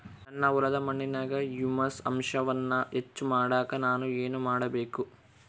ನನ್ನ ಹೊಲದ ಮಣ್ಣಿನಾಗ ಹ್ಯೂಮಸ್ ಅಂಶವನ್ನ ಹೆಚ್ಚು ಮಾಡಾಕ ನಾನು ಏನು ಮಾಡಬೇಕು?